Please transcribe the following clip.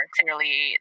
Clearly